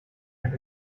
had